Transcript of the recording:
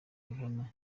rihanna